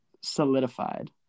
solidified